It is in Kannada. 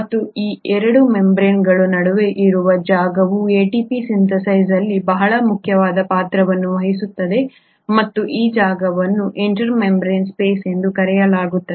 ಮತ್ತು ಈ 2 ಮೆಂಬರೇನ್ಗಳ ನಡುವೆ ಇರುವ ಜಾಗವು ಎಟಿಪಿ ಸಿಂಥೇಸ್ ಅಲ್ಲಿ ಬಹಳ ಮುಖ್ಯವಾದ ಪಾತ್ರವನ್ನು ವಹಿಸುತ್ತದೆ ಮತ್ತು ಈ ಜಾಗವನ್ನು ಇಂಟರ್ ಮೆಂಬರೇನ್ ಸ್ಪೇಸ್ ಎಂದು ಕರೆಯಲಾಗುತ್ತದೆ